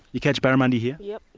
you catch barramundi here. yes.